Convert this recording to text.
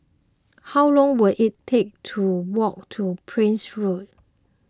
how long will it take to walk to Prince Road